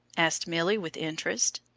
asked milly, with interest.